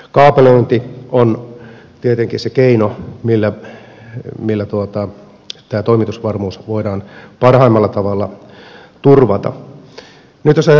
kaapelointi on tietenkin se keino millä tämä toimitusvarmuus voidaan parhaimmalla tavalla turvata